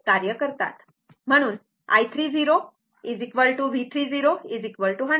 म्हणून i3 V3 100 V